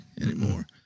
anymore